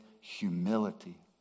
humility